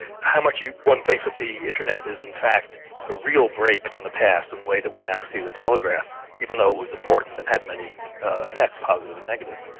how much one thinks that the internet is in fact a real break from the past in the way that we now see the telegraph. even though it was important and had many effects, positive and negative,